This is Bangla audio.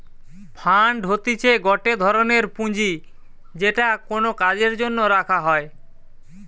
ফান্ড হতিছে গটে ধরনের পুঁজি যেটা কোনো কাজের জন্য রাখা হই